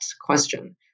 question